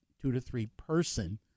two-to-three-person